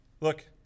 Look